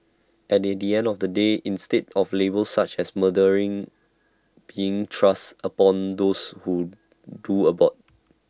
and at the end of the day instead of labels such as murderer being thrust upon those who do abort